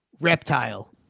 reptile